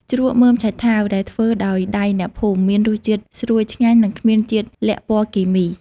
ជ្រក់មើមឆៃថាវដែលធ្វើដោយដៃអ្នកភូមិ មានរសជាតិស្រួយឆ្ងាញ់ និងគ្មានជាតិល័ក្ខពណ៌គីមី។